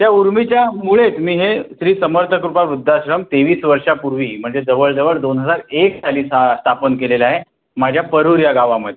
त्या उर्मीच्यामुळेच मी हे श्री समर्थ कृपा वृद्धाश्रम तेवीस वर्षापूर्वी म्हणजे जवळ जवळ दोन हजार एक साली सा स्थापन केलेलं आहे माझ्या परूर या गावामध्ये